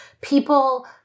people